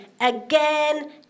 again